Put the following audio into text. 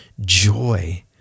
joy